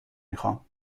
میخام